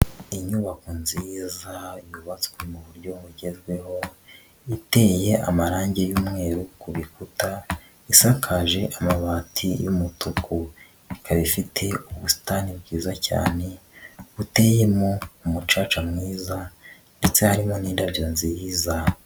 Inyubako nziza yubatswe mu buryo bugezweho iteye amarangi y'umweru ku bikuta isakaje amabati y'umutuku, ikaba ifite ubusitani bwiza cyane buteyemo umucaca mwiza ndetse harimo n'indabyo nziza.